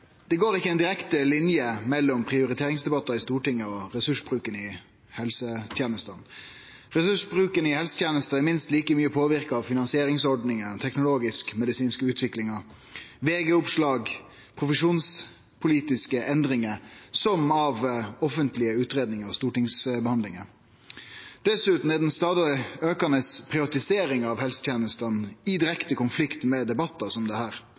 Det går ikkje ei direkte linje mellom prioriteringsdebattar i Stortinget og ressursbruken i helsetenestene. Ressursbruken i helsetenestene er minst like mykje påverka av finansieringsordningane, den teknologisk-medisinske utviklinga, VG-oppslag og profesjonspolitiske endringar som av offentlege utgreiingar og stortingsbehandlingar. Dessutan er den stadig aukande privatiseringa av helsetenestene i direkte konflikt med debattar som dette. Det